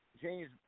James